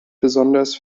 besonders